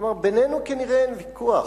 כלומר, בינינו כנראה אין ויכוח,